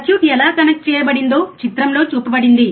circuit ఎలా connect చేయబడిందో చిత్రంలో చూపబడింది